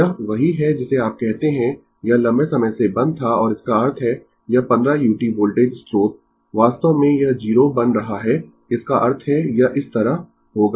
यह वही है जिसे आप कहते है यह लंबे समय से बंद था और इसका अर्थ है यह 15 u वोल्टेज स्रोत वास्तव में यह 0 बन रहा है इसका अर्थ है यह इस तरह होगा